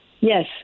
Yes